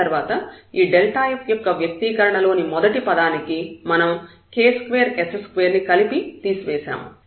తర్వాత ఈ f యొక్క వ్యక్తీకరణలోని మొదటి పదానికి మనం k2s2 ని కలిపి తీసివేసాము